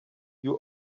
you